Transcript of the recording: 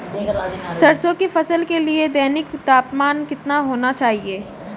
सरसों की फसल के लिए दैनिक तापमान कितना होना चाहिए?